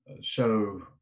show